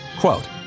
Quote